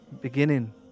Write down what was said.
beginning